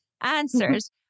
answers